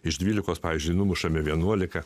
iš dvylikos pavyzdžiui numušame vienuolika